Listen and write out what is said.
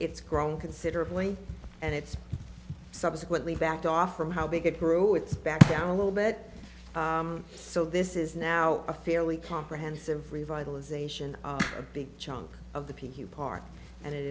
it's grown considerably and it's subsequently backed off from how big it grew it's back down a little bit so this is now a fairly comprehensive revitalization a big chunk of the p q park and it